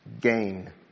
gain